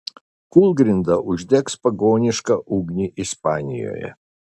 kūlgrinda uždegs pagonišką ugnį ispanijoje